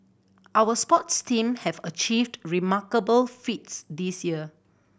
our sports team have achieved remarkable feats this year